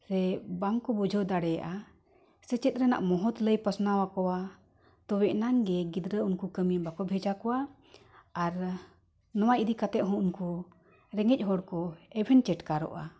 ᱨᱮ ᱵᱟᱝ ᱠᱚ ᱵᱩᱡᱷᱟᱹᱣ ᱫᱟᱲᱮᱭᱟᱜᱼᱟ ᱥᱮᱪᱮᱫ ᱨᱮᱱᱟᱜ ᱢᱚᱦᱚᱛ ᱞᱟᱹᱭ ᱯᱟᱥᱱᱟᱣ ᱟᱠᱚᱣᱟ ᱛᱚᱵᱮ ᱱᱟᱝᱜᱮ ᱜᱤᱫᱽᱨᱟᱹ ᱩᱱᱠᱩ ᱠᱟᱹᱢᱤ ᱵᱟᱠᱚ ᱵᱷᱮᱡᱟ ᱠᱚᱣᱟ ᱟᱨ ᱱᱚᱣᱟ ᱤᱫᱤ ᱠᱟᱛᱮᱜ ᱦᱚᱸ ᱩᱱᱠᱩ ᱨᱮᱸᱜᱮᱡ ᱦᱚᱲ ᱠᱚ ᱮᱵᱷᱮᱱ ᱪᱮᱴᱠᱟᱨᱚᱜᱼᱟ